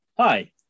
Hi